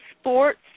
Sports